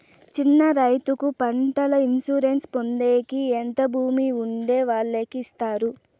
చిన్న రైతుకు పంటల ఇన్సూరెన్సు పొందేకి ఎంత భూమి ఉండే వాళ్ళకి ఇస్తారు?